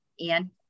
Ian